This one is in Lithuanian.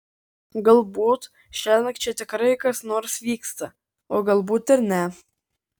galbūt šiąnakt čia tikrai kas nors vyksta o galbūt ir ne